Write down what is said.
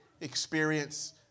experience